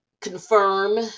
confirm